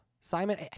Simon